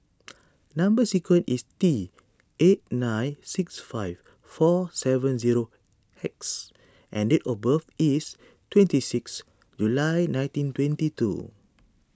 Number Sequence is T eight nine six five four seven zero X and date of birth is twenty six July nineteen twenty two